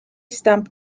stamp